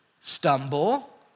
stumble